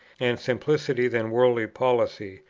and simplicity than worldly policy,